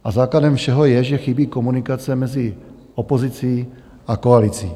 A základem všeho je, že chybí komunikace mezi opozicí a koalicí.